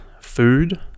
food